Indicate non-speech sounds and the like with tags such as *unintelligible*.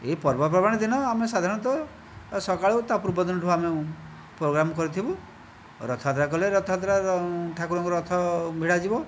ଏହି ପର୍ବପର୍ବାଣି ଦିନ ଆମେ ସାଧାରଣତଃ ସକାଳୁ ତା' ପୂର୍ବ ଦିନଠୁ *unintelligible* ପୋଗ୍ରାମ କରିଥିବୁ ରଥଯାତ୍ରା କଲେ ରଥଯାତ୍ରା ଠାକୁରଙ୍କ ରଥ ଭିଡ଼ାଯିବ